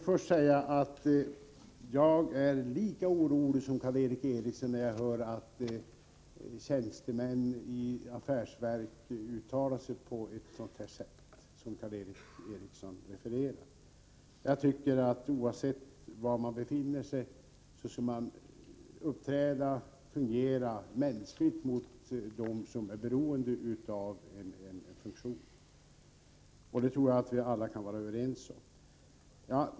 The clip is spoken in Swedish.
Fru talman! Jag är lika orolig som Karl Erik Eriksson när jag hör att tjänstemän i affärsverk uttalar sig på detta sätt, som Karl Erik Eriksson refererar. Oavsett var en tjänsteman befinner sig skall han uppträda mänskligt mot dem som är beroende av en funktion. Jag tror att vi alla kan vara överens om det.